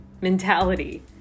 mentality